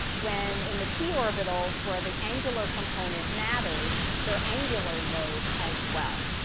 when in the p orbitals where the angular component matters, they're angular nodes as well.